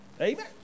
Amen